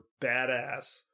badass